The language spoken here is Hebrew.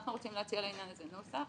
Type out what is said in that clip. אנחנו רוצים להציע לעניין הזה נוסח,